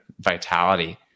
vitality